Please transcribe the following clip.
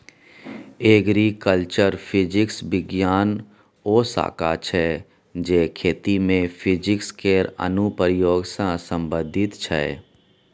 agriculture physics बिज्ञानक ओ शाखा छै जे खेती मे फिजिक्स केर अनुप्रयोग सँ संबंधित छै